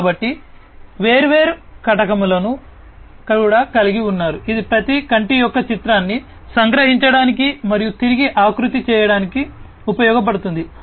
కాబట్టి మీరు వేర్వేరు కటకములనుచేయడానికి ఉపయోగపడుతుంది